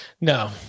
No